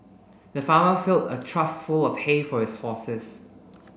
the farmer filled a trough full of hay for his horses